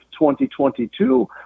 2022